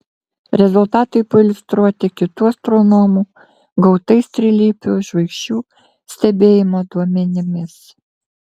rezultatai pailiustruoti kitų astronomų gautais trilypių žvaigždžių stebėjimo duomenimis